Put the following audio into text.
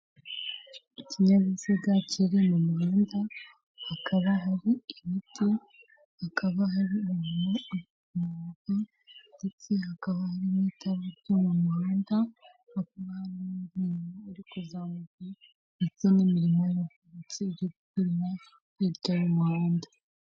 Urubuga rwo kuri murandasi rutangirwaho amakuru y'akazi ya leta, birerekana uburyo wakinjira ukoresheje imayili yawe ndetse na nimero ya telefone yawe ndetse ukaza no gukoresha ijambo banga.